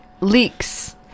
Leaks